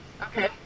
Okay